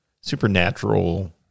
supernatural